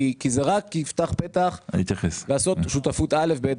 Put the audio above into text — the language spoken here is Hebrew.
כי זה רק ייפתח פתח לעשות שותפות א' ב',